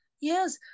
yes